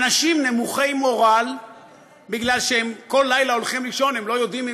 אנשים נמוכי מורל בגלל שכל לילה הם הולכים לישון ולא יודעים אם